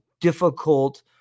difficult